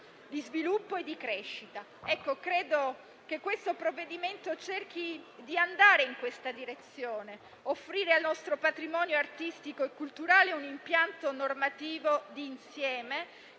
di sviluppo e di crescita. Credo che il provvedimento in esame cerchi di andare in questa direzione, offrendo al nostro patrimonio artistico e culturale un impianto normativo di insieme,